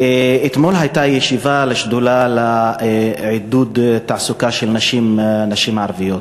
אתמול הייתה ישיבה של השדולה לעידוד תעסוקה של נשים ערביות